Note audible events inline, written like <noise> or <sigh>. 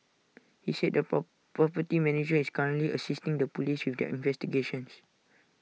he said the <unintelligible> property manager is currently assisting the Police with their investigations